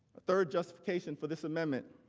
third justification for this meme. and